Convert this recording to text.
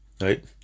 right